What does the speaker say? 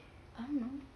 I don't know